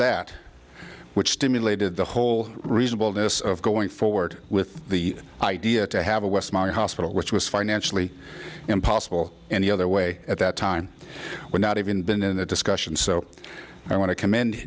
that which stimulated the whole reasonable this of going forward with the idea to have a west my hospital which was financially impossible and either way at that time we're not even been in the discussion so i want to com